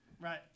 Right